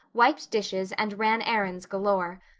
wiped dishes, and ran errands galore.